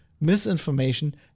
misinformation